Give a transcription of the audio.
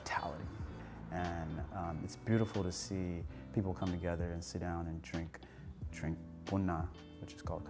hospitality and it's beautiful to see people come together and sit down and drink drink which is called